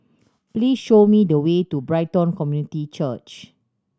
please show me the way to Brighton Community Church